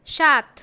সাত